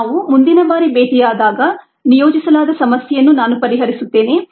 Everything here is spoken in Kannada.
ನಾವು ಮುಂದಿನ ಬಾರಿ ಭೇಟಿಯಾದಾಗ ನಿಯೋಜಿಸಲಾದ ಸಮಸ್ಯೆಯನ್ನು ನಾನು ಪರಿಹರಿಸುತ್ತೇನೆ